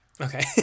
Okay